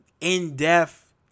in-depth